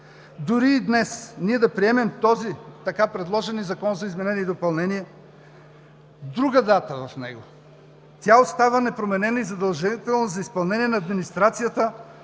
Дори и днес да приемем така предложения закон за изменение – с друга дата в него, тя остава непроменена и задължителна за изпълнение от администрацията